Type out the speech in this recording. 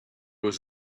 was